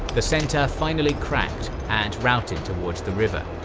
the center finally cracked and routed towards the river,